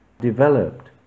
developed